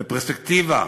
בפרספקטיבה,